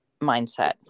mindset